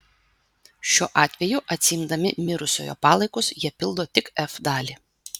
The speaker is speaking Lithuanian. šiuo atveju atsiimdami mirusiojo palaikus jie pildo tik f dalį